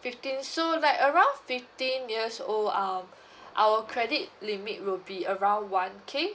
fifteen so like around fifteen years old um our credit limit will be around one K